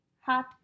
hot